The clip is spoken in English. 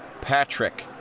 Patrick